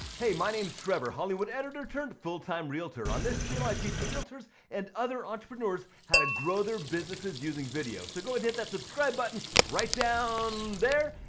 hey, my name's trevor, hollywood editor, turned full time realtor. on this channel i teach realtors and other entrepreneurs how to grow their businesses using videos. so go ahead and hit that subscribe button right down there,